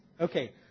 Okay